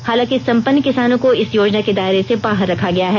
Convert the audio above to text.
हालांकि संपन्न किसानों को इस योजना के दायरे से बाहर रखा गया है